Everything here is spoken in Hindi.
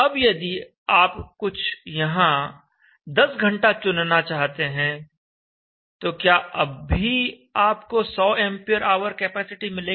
अब यदि आप कुछ यहां 10 घंटा चुनना चाहते हैं तो क्या अब भी आपको 100 एंपियर आवर कैपेसिटी मिलेगी